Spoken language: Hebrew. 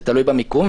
זה תלוי במיקום,